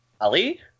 Ali